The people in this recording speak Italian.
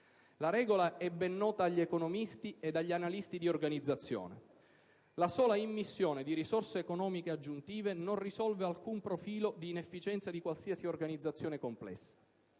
La regola è ben nota agli economisti ed agli analisti di organizzazione: la sola immissione di risorse economiche aggiuntive non risolve alcun profilo di inefficienza di qualsiasi organizzazione complessa.